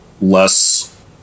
less